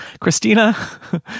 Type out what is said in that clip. Christina